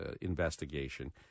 investigation